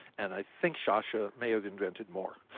and i think sasha may have invented more,